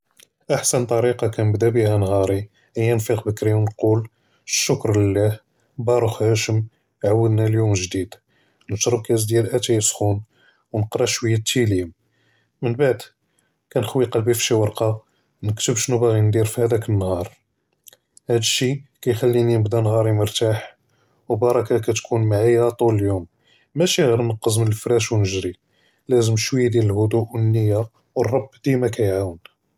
אַחְסַן טַרִיקָה כַּנְבְדָא בִיה נְהַארִי הִי נְפִיק בְּקְרִי וְנְקוּל הַשְׁכַּר לֵלְהּ בָּרוּחְיֵשְם עָאוּנַא הַיּוֹם גְ'דִיד נִשְרַב קַאס דְיָאל אַטַאי סְחוּן וְנִקְרָא שְוַיָּה הַטִילִי מִנְבְעְד כַּנְחוּי קְלְבִּי פִי שִי וְרָקַה נַכְתְּב שְנוּ בָּאגִי נְדִיר פִהַדָאק הַנְּהַאר הַד שִי קַיְחַלִּינִי נְבְדָא נְהַארִי מְרְתַاح וּבְרָכָּה קִתְקוּן מְעַיַא טוֹל הַיּוֹם מְשִׁי גִ'ר נְזַק מִן הַפְרַאש וְנִגְרִי לָזֶם שְוַיָּה דְיָאל הַהֻדּוּ וְהַנִיַה וְהַרַב דִימַא קַיַעְוֵן.